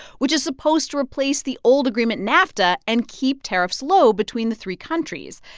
which is supposed to replace the old agreement nafta and keep tariffs low between the three countries.